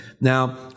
Now